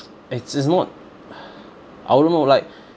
it's not I don't know like